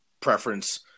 preference